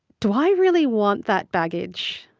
do i really want that baggage?